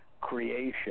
creation